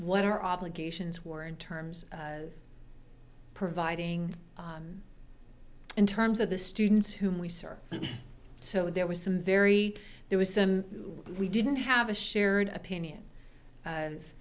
what our obligations were in terms of providing in terms of the students whom we serve so there was some very there was some we didn't have a shared opinion